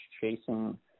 chasing